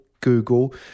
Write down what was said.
Google